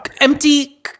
empty